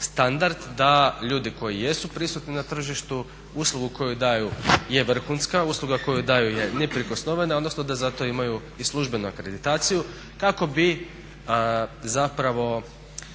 da ljudi koji jesu prisutni na tržištu uslugu koju daju je vrhunska, usluga koju daju je neprikosnovena odnosno da zato imaju i službenu akreditaciju kako bi zapravo